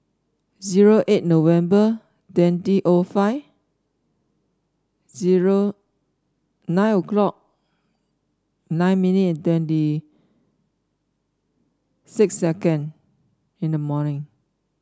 zero eight November twenty O five zero nine o'clock nine minutes and twenty six second in the morning